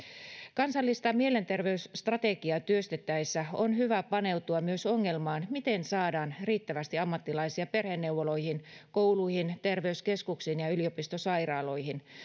kansallista mielenterveysstrategiaa työstettäessä on hyvä paneutua myös ongelmaan miten saadaan riittävästi ammattilaisia perheneuvoloihin kouluihin terveyskeskuksiin ja ja yliopistosairaaloihin